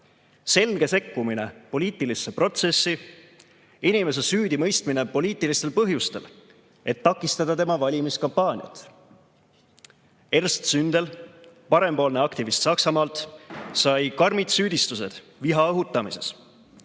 Selge sekkumine poliitilisse protsessi, inimese süüdimõistmine poliitilistel põhjustel, et takistada tema valimiskampaaniat. Ernst Zündel, parempoolne aktivist Saksamaalt, sai karmid süüdistused viha õhutamises.